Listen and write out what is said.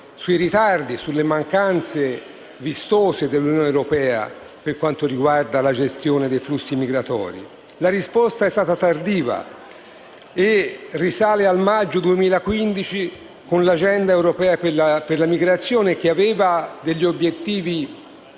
sui ritardi, sulle carenze vistose dell'Unione europea per quanto riguarda la gestione dei flussi migratori. La risposta è stata tardiva e risale al maggio 2015, con l'agenda europea per la migrazione, che aveva degli obiettivi